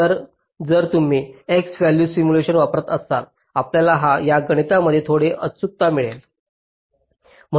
तर जर तुम्ही x व्हॅल्यू सिम्युलेशन वापरत असाल आपल्याला या गणितामध्ये थोडी अचूकता मिळेल